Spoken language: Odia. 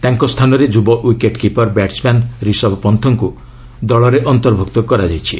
ତାଙ୍କ ସ୍ଥାନରେ ଯୁବ ୱିକେଟ୍ କିପର ବ୍ୟାଟସ୍ମ୍ୟାନ୍ ରିଷଭ୍ ପନ୍ତୁଙ୍କୁ ଅନ୍ତର୍ଭୁକ୍ତ କରାଯାଇଛି